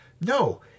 No